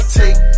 take